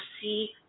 see